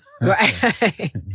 Right